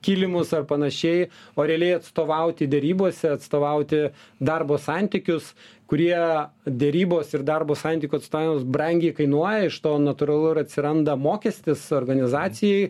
kilimus ar panašiai o realiai atstovauti derybose atstovauti darbo santykius kurie derybos ir darbo santykių atstatymas brangiai kainuoja iš to natūralu ir atsiranda mokestis organizacijai